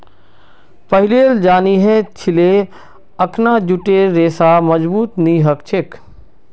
पहिलेल जानिह छिले अखना जूटेर रेशा मजबूत नी ह छेक